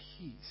peace